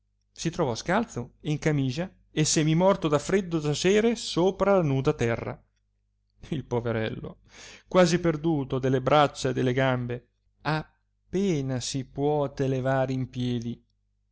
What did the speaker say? si trovò scalzo e in camiscia e semimorto da freddo giacere sopra la nuda terra il poverello quasi perduto delle braccia e delle gambe a pena si puote levar in piedi